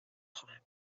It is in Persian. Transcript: خواهم